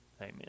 Amen